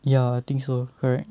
ya I think so correct